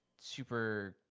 super